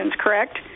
correct